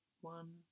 One